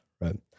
Right